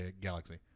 Galaxy